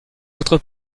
votre